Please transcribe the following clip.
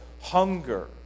hunger